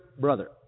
brother